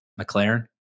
McLaren